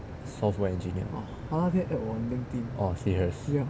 software engineer oh serious